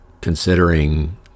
considering